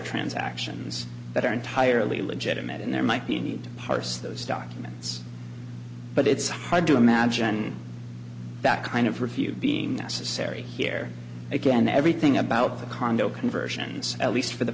transactions that are entirely legitimate and there might be a need to parse those documents but it's hard to imagine that kind of review being necessary here again everything about the condo conversions at least for the